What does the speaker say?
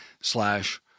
slash